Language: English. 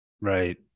Right